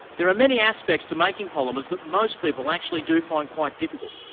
there are many aspects to making polymers that most people actually do find quite difficult.